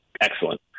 excellent